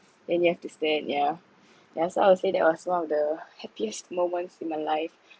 then you have to stand yeah yeah so I would that was one of the happiest moments in my life